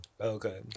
Okay